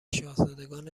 شاهزادگان